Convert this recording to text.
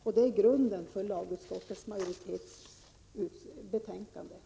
Det är grunden för lagutskottets majoritets uppfattning.